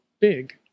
big